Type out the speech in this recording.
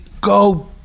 go